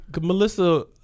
Melissa